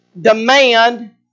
demand